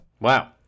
wow